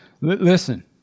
Listen